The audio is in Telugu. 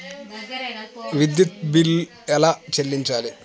విద్యుత్ బిల్ ఎలా చెల్లించాలి?